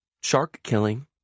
shark-killing